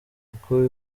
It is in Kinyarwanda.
uko